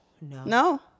No